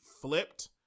flipped